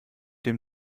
dem